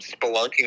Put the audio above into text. spelunking